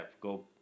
go